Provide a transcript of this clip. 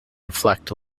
reflect